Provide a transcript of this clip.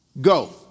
Go